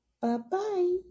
Bye-bye